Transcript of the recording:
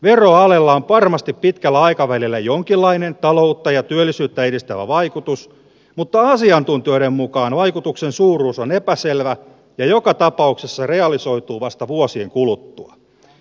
veroalella on varmasti pitkällä aikavälillä jonkinlainen taloutta ja työllisyyttä edistävä vaikutus mutta asiantuntijoiden mukaan vaikutuksen suuruus on epäselvä ja joka tapauksessa se realisoituu vasta vuosien kuluttua